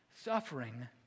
suffering